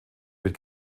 mit